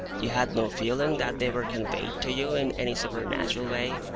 you had no feeling that they were conveyed to you in any supernatural way?